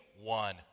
one